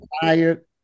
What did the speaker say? tired